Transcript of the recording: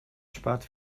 spart